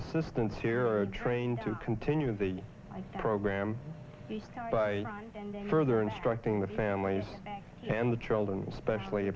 assistance here are trained to continue the program by further instructing the families and the children especially